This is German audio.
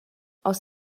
aus